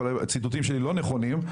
הציטוטים שלי לא נכונים,